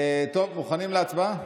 הצבעה.